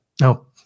no